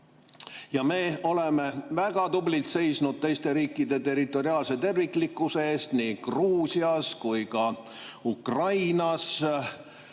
Ja me oleme väga tublilt seisnud teiste riikide territoriaalse terviklikkuse eest nii Gruusias kui ka Ukrainas.